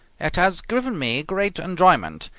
it has given me great enjoyment,